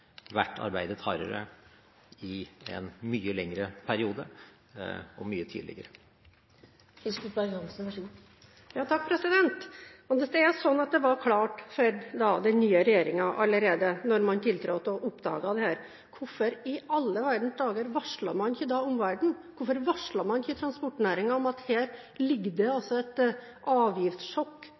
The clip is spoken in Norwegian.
arbeidet hardere i en mye lengre periode og mye tidligere. Hvis det er slik at det var klart for den nye regjeringen allerede da man tiltrådte og oppdaget dette, hvorfor i alle dager varslet man ikke da omverdenen? Hvorfor varslet man ikke transportnæringen om at det her ligger et avgiftssjokk foran dere? Da ville de hatt mye bedre tid til å forberede seg på det